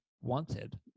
wanted